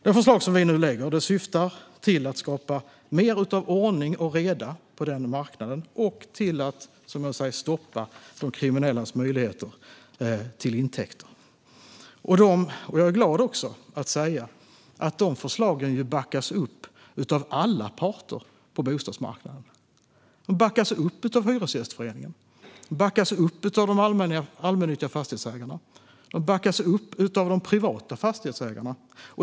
Det förslag som vi nu lägger fram syftar till att skapa mer av ordning och reda på den marknaden och till att stoppa de kriminellas möjligheter till intäkter. Jag är glad att säga att de förslagen backas upp av alla parter på bostadsmarknaden. De backas upp av Hyresgästföreningen, de allmännyttiga fastighetsägarna och de privata fastighetsägarna.